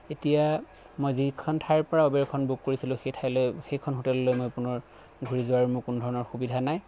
এতিয়া মই যিখন ঠাইৰ পৰা ওবেৰখন বুক কৰিছিলোঁ সেই ঠাইলৈ সেইখন হোটেললৈ মই পুনৰ ঘূৰি যোৱাৰ মোৰ কোনো ধৰণৰ সুবিধা নাই